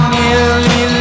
nearly